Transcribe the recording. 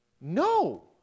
No